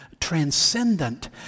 transcendent